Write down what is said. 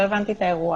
לא הבנתי את האירוע.